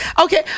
okay